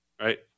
right